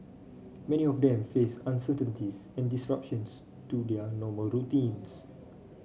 many of them faced uncertainties and disruptions to their normal routines